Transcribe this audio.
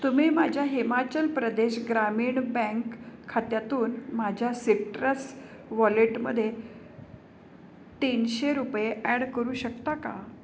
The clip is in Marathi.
तुम्ही माझ्या हिमाचल प्रदेश ग्रामीण बँक खात्यातून माझ्या सिट्रस वॉलेटमध्ये तीनशे रुपये ॲड करू शकता का